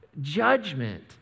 judgment